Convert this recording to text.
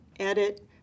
edit